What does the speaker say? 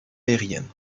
aérienne